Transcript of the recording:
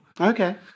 Okay